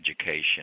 education